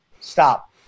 Stop